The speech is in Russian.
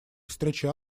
встрече